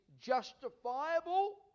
justifiable